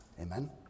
Amen